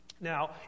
Now